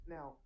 Now